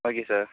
okay sir